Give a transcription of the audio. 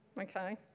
okay